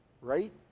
right